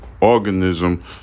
Organism